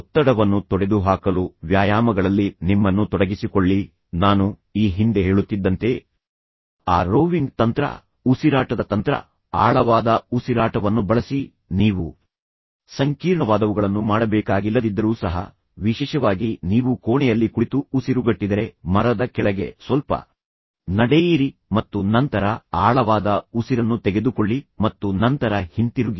ಒತ್ತಡವನ್ನು ತೊಡೆದುಹಾಕಲು ವ್ಯಾಯಾಮಗಳಲ್ಲಿ ನಿಮ್ಮನ್ನು ತೊಡಗಿಸಿಕೊಳ್ಳಿ ನಾನು ಈ ಹಿಂದೆ ಹೇಳುತ್ತಿದ್ದಂತೆ ಆ ರೋವಿಂಗ್ ತಂತ್ರ ಉಸಿರಾಟದ ತಂತ್ರ ಆಳವಾದ ಉಸಿರಾಟವನ್ನು ಬಳಸಿ ನೀವು ಸಂಕೀರ್ಣವಾದವುಗಳನ್ನು ಮಾಡಬೇಕಾಗಿಲ್ಲದಿದ್ದರೂ ಸಹ ವಿಶೇಷವಾಗಿ ನೀವು ಕೋಣೆಯಲ್ಲಿ ಕುಳಿತು ಉಸಿರುಗಟ್ಟಿದರೆ ಮರದ ಕೆಳಗೆ ಸ್ವಲ್ಪ ನಡೆಯಿರಿ ಮತ್ತು ನಂತರ ಆಳವಾದ ಉಸಿರನ್ನು ತೆಗೆದುಕೊಳ್ಳಿ ಮತ್ತು ನಂತರ ಹಿಂತಿರುಗಿ